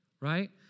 right